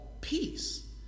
peace